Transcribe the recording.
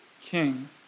king